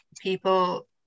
people